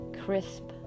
crisp